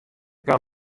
kaam